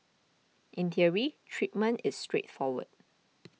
in theory treatment is straightforward